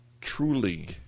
truly